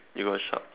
you got a shop